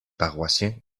paroissiens